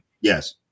Yes